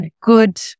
good